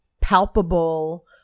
palpable